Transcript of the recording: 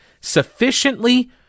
sufficiently